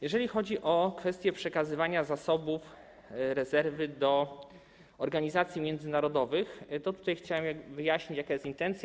Jeżeli chodzi o kwestie przekazywania zasobów rezerwy do organizacji międzynarodowych, to tutaj chciałem wyjaśnić, jaka jest intencja.